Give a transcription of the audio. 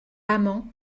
amand